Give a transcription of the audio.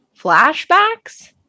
flashbacks